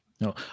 No